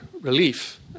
relief